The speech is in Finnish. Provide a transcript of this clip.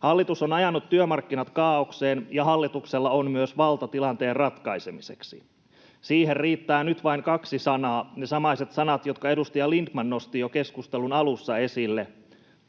Hallitus on ajanut työmarkkinat kaaokseen, ja hallituksella on myös valta tilanteen ratkaisemiseksi. Siihen riittää nyt vain kaksi sanaa, ne samaiset sanat, jotka edustaja Lindtman nosti jo keskustelun alussa esille: